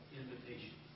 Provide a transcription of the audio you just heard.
invitation